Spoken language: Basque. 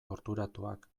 torturatuak